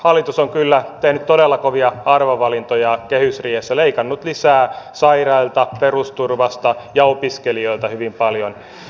hallitus on kyllä tehnyt todella kovia arvovalintoja kehysriihessä leikannut lisää sairailta perusturvasta ja opiskelijoilta hyvin paljon